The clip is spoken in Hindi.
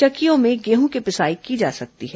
चक्कियों में गेहूं की पिसाई की जा सकती है